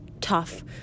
tough